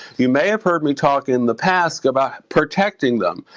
you may have heard me talk in the past about protecting them.